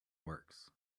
works